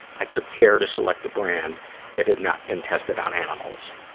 i took care to select a brand that had not been tested on animals.